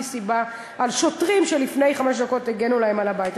סיבה על שוטרים שלפני חמש דקות הגנו להם על הבית.